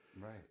Right